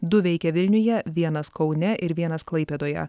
du veikia vilniuje vienas kaune ir vienas klaipėdoje